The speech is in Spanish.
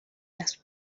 las